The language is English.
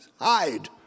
hide